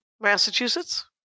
Massachusetts